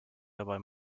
dabei